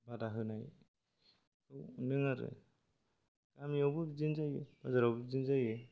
बादा होनाय नों आरो आंनियावबो बिदिनो जायो बाजारावबो बिदिनो जायो